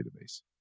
database